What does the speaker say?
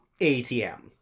ATM